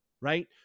right